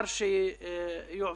140 מיליון שקל כבר שמנו,